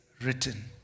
written